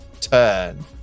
turn